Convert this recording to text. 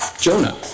Jonah